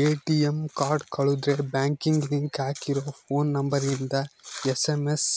ATM card ಕಳುದ್ರೆ ಬ್ಯಾಂಕಿಗೆ link ಆಗಿರ ಫೋನ್ ನಂಬರ್ ಇಂದ ಎಸ್.ಎಮ್.ಎಸ್